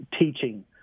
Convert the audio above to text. teaching